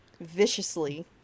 viciously